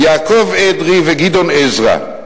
יעקב אדרי וגדעון עזרא.